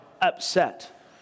upset